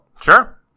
Sure